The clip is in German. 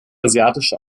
asiatische